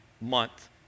month